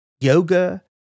yoga